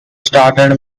started